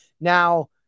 Now